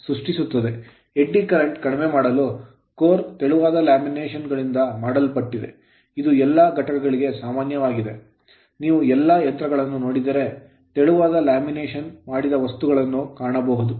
eddy current eddy current ನ್ನು ಕಡಿಮೆ ಮಾಡಲು core ಕೋರ್ ತೆಳುವಾದ laminations ಲ್ಯಾಮಿನೇಶನ್ ಗಳಿಂದ ಮಾಡಲ್ಪಟ್ಟಿದೆ ಇದು ಎಲ್ಲಾ ಘಟಕಗಳಿಗೆ ಸಾಮಾನ್ಯವಾಗಿದೆ ನೀವು ಎಲ್ಲಾ ಯಂತ್ರಗಳನ್ನು ನೋಡಿದರೆ ನೀವು ತೆಳುವಾದ laminations ಲ್ಯಾಮಿನೇಶನ್ ಗಳಿಂದ ಮಾಡಿದ ವಸ್ತುಗಳನ್ನು ಕಾಣಬಹುದು